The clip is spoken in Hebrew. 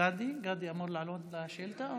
גדי אמור לעלות לשאילתה?